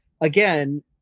again